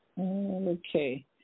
Okay